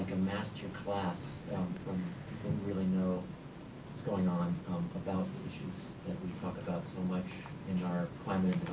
a master class from don't really know what's going on about issues that we talk about so much in our climate